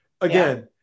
again